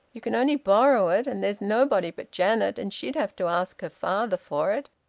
you can only borrow it and there's nobody but janet, and she'd have to ask her father for it.